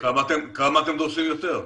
כמה אתם דורשים יותר?